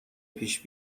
پیش